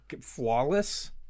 flawless